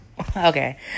Okay